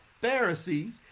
Pharisees